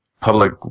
public